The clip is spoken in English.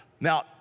Now